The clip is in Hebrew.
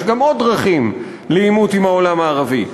יש גם עוד דרכים לעימות עם העולם הערבי,